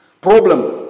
problem